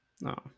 no